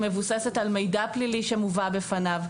מבוססת על מידע פלילי שמובא בפניו.